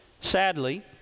sadly